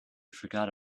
forgot